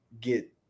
get